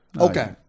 Okay